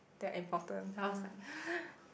that are important then I was like